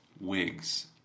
wigs